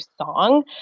song